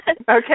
Okay